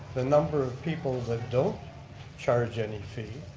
the number of people that don't charge any fee